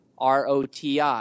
ROTI